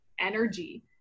energy